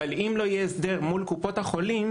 אבל אם לא יהיה הסדר מול קופות החולים,